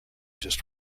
just